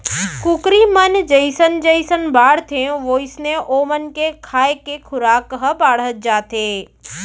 कुकरी मन जइसन जइसन बाढ़थें वोइसने ओमन के खाए के खुराक ह बाढ़त जाथे